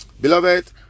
beloved